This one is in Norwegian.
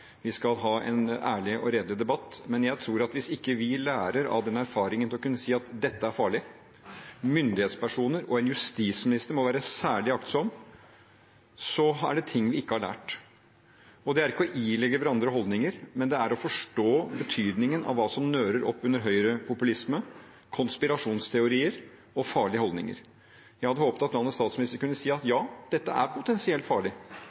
vi skal beklage når vi går for langt, vi skal ha en ærlig og redelig debatt. Men jeg tror at hvis vi ikke lærer av erfaringen til å kunne si at dette er farlig – myndighetspersoner og en justisminister må være særlig aktsomme – er det ting vi ikke har lært. Det er ikke å tillegge hverandre holdninger, men det er å forstå betydningen av hva som nører oppunder høyrepopulisme, konspirasjonsteorier og farlige holdninger. Jeg hadde håpet at landets statsminister kunne si at ja, dette er potensielt farlig,